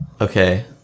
Okay